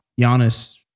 Giannis